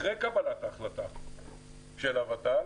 אחרי קבלת ההחלטה של הוות"ל